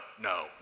no